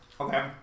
Okay